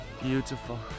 Beautiful